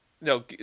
No